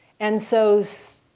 and so so